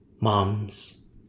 moms